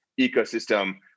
ecosystem